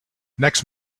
next